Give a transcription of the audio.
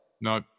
No